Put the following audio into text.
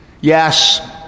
Yes